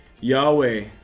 Yahweh